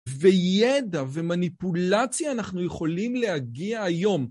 וידע ומניפולציה אנחנו יכולים להגיע היום.